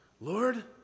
Lord